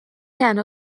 تنها